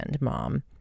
Mom